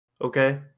Okay